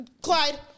Clyde